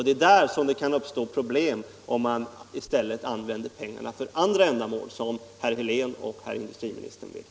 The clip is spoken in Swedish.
Det är där det kan uppstå problem om man i stället använder pengarna för andra ändamål, som herr Helén och industriministern vill.